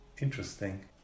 Interesting